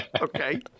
okay